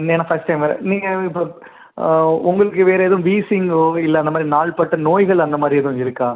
ஏனால் first time வர நீங்கள் இப்போ உங்களுக்கு வேறு எதுவும் வீஸிங்கோ இல்லை அந்த மாதிரி நாள்பட்ட நோய்கள் அந்த மாதிரி எதும் இருக்கா